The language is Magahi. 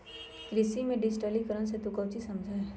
कृषि में डिजिटिकरण से तू काउची समझा हीं?